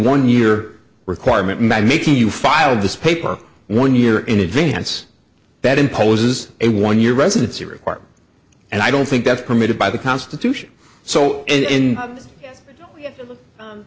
one year requirement matt making you file this paper one year in advance that imposes a one year residency requirement and i don't think that's permitted by the constitution so in